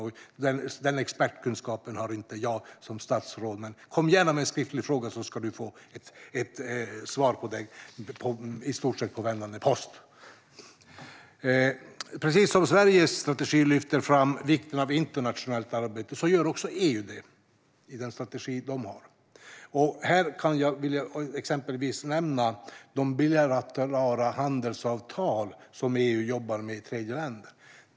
Jag har inte som statsråd den expertkunskapen, men kom gärna med en skriftlig fråga så ska du få svar i stort sett med vändande post! Precis som vi i Sverige i vår strategi lyfter fram vikten av internationellt arbete gör också EU det i sin strategi. Här vill jag exempelvis nämna de bilaterala handelsavtal som EU jobbar med i tredjeländer.